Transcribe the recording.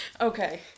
Okay